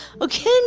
okay